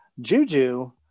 juju